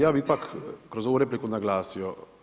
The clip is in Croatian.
Ja bi ipak kroz ovu repliku naglasio.